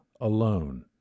alone